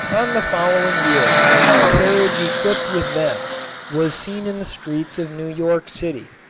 on the following year a carriage equipped with them was seen in the streets of new york city.